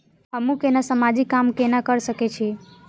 हमू केना समाजिक काम केना कर सके छी?